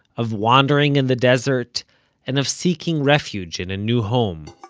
of wandering in the desert and of seeking refuge in a new home